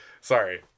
sorry